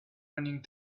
running